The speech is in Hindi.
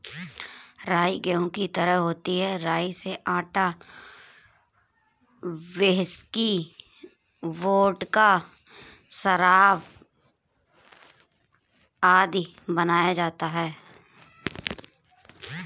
राई गेहूं की तरह होती है राई से आटा, व्हिस्की, वोडका, शराब आदि बनाया जाता है